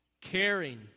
caring